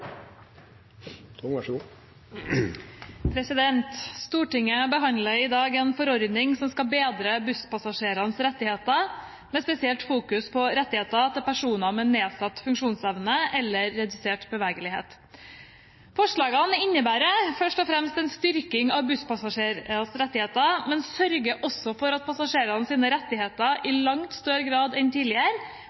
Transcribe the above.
personer med nedsatt funksjonsevne eller redusert bevegelighet. Forslagene innebærer først og fremst en styrking av busspassasjerers rettigheter, men sørger også for at passasjerenes rettigheter i langt større grad enn tidligere